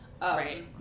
Right